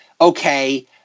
okay